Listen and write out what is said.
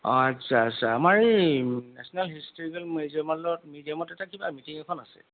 অঁ আচ্ছা আচ্ছা আমাৰ এই নেশ্যনেল হিষ্টৰিকেল মিউজিয়ামৰ লগত মিউজিয়ামত এটা কিবা মিটিং এখন আছে